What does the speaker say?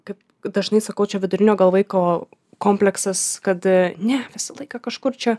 kaip dažnai sakau čia vidurinio gal vaiko kompleksas kad ne visą laiką kažkur čia